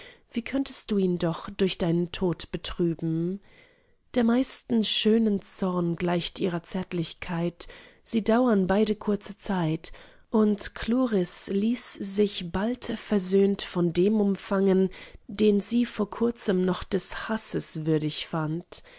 wie könntest du ihn doch durch deinen tod betrüben der meisten schönen zorn gleicht ihrer zärtlichkeit sie dauern beide kurze zeit und chloris ließ sich bald versöhnt von dem umfangen den sie vor kurzem noch des hasses würdig fand